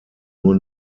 nur